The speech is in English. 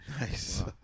Nice